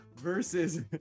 Versus